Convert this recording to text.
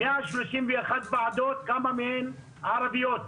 131 ועדות, כמה מהן ערביות?